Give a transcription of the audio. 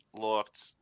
looked